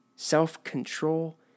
self-control